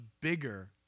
bigger